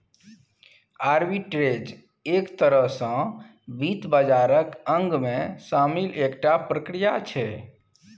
arbitrage एक तरह सँ वित्त बाजारक अंगमे शामिल एकटा प्रक्रिया छै